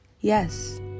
yes